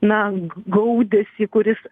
na gaudesį kuris